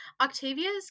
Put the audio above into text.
octavia's